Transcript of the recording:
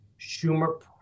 schumer